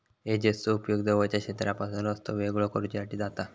हेजेसचो उपेग जवळच्या क्षेत्रापासून रस्तो वेगळो करुच्यासाठी जाता